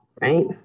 right